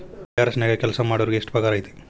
IRS ನ್ಯಾಗ್ ಕೆಲ್ಸಾಮಾಡೊರಿಗೆ ಎಷ್ಟ್ ಪಗಾರ್ ಐತಿ?